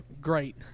great